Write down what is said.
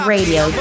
Radio